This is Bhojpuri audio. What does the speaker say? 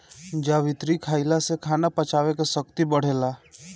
जावित्री खईला से खाना पचावे के शक्ति बढ़ेला